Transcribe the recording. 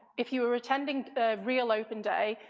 if you are attending real open day,